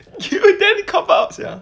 chi bey then cop out sia